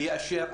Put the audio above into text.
ויאשר,